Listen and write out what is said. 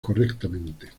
correctamente